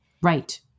right